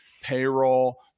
payroll